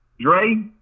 Dre